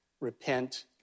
repent